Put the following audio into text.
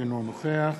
אינו נוכח